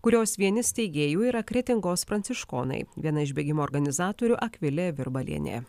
kurios vieni steigėjų yra kretingos pranciškonai viena iš bėgimo organizatorių akvilė virbalienė